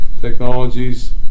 technologies